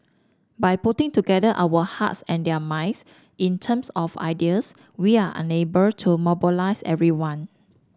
by putting together our hearts and their minds in terms of ideas we are unable to mobilize everyone